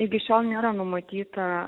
iki šiol nėra numatyta